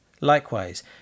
Likewise